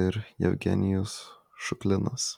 ir jevgenijus šuklinas